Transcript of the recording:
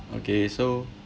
okay so